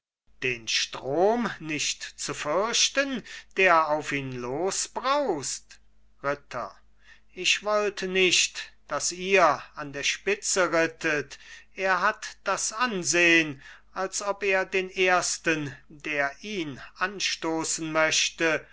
den strom nicht zu fürchten der auf ihn losbraust ritter ich wollt nicht daß ihr an der spitze rittet er hat das ansehn als ob er den ersten der ihn anstoßen möchte